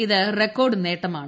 ഇത് റെക്കോർഡ് നേട്ടമാണ്